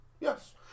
yes